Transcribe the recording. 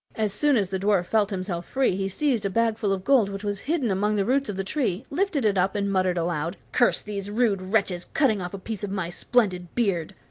as soon as the dwarf felt himself free he seized a bag full of gold which was hidden among the roots of the tree, lifted it up, and muttered aloud curse these rude wretches, cutting off a piece of my splendid beard!